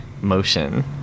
motion